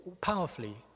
powerfully